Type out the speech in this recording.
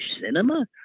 cinema